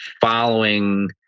following